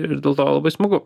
ir dėl to labai smagu